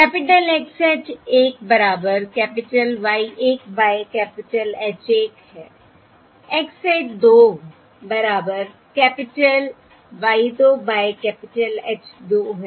capital X hat 1 बराबर capital Y 1 by capital H 1 है X hat 2 बराबर capital Y 2 by capital H 2 है